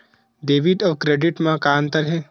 Debit अउ credit म का अंतर हे?